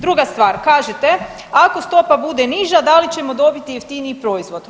Druga stvar, kažete ako stopa bude niža da li ćemo dobiti jeftiniji proizvod?